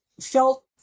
felt